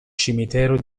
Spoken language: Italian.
cimitero